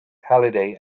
halliday